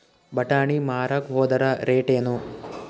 ಬಟಾನಿ ಮಾರಾಕ್ ಹೋದರ ರೇಟೇನು?